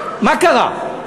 מה קרה?